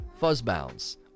Fuzzbounds